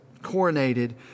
coronated